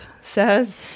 says